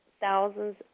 thousands